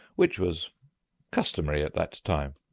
which was customary at that time.